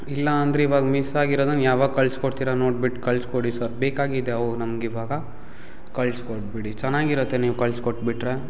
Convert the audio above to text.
ಇಲ್ಲ ಅಂದ್ರೆ ಇವಾಗ ಮಿಸ್ಸಾಗಿರೋದನ್ನ ಯಾವಾಗ ಕಳ್ಸಿಕೊಡ್ತೀರ ನೋಡ್ಬಿಟ್ಟು ಕಳ್ಸಿಕೊಡಿ ಸರ್ ಬೇಕಾಗಿದೆ ಅವು ನಮ್ಗೆ ಇವಾಗ ಕಳ್ಸಿಕೊಟ್ಬಿಡಿ ಚೆನ್ನಾಗಿರುತ್ತೆ ನೀವು ಕಳ್ಸಿಕೊಟ್ಬಿಟ್ರೆ